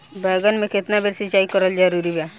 बैगन में केतना बेर सिचाई करल जरूरी बा?